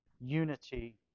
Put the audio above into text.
unity